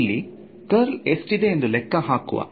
ಇಲ್ಲಿ ಕರ್ಲ್ ಎಷ್ಟಿದೆ ಎಂದು ಲೆಕ್ಕ ಹಾಕುವ